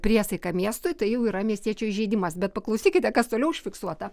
priesaiką miestui tai jau yra miestiečių įžeidimas bet paklausykite kas toliau užfiksuota